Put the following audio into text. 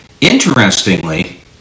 Interestingly